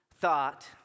thought